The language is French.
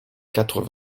quatre